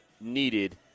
needed